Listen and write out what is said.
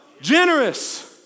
Generous